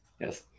yes